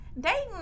dating